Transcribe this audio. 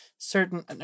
certain